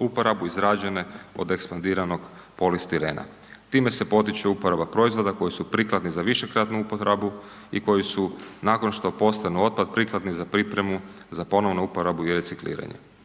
uporabu izrađene od ekspandiranog polistirena. Time se potiče uporaba proizvoda koji su prikladni za višekratnu upotrebu i koji su nakon što postanu otpad prikladni za pripremu za ponovnu uporabu i recikliranje.